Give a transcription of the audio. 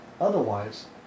Otherwise